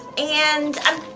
and i'm,